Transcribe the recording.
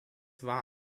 war